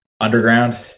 Underground